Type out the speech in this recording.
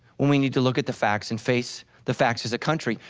when we need to look at the facts and face the facts as a country,